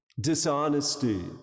Dishonesty